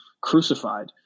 crucified